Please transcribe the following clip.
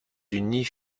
unis